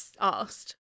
asked